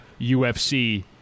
UFC